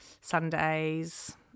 Sundays